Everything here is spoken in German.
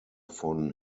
von